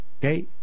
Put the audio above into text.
Okay